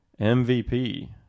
MVP